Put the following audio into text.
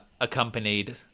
accompanied